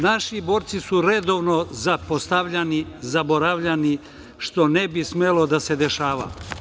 Naši borci su redovno zapostavljani, zaboravljani što ne bi smelo da se dešava.